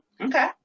Okay